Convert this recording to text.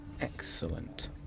Excellent